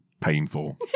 painful